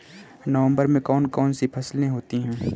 नवंबर में कौन कौन सी फसलें होती हैं?